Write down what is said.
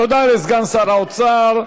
תודה לסגן שר האוצר.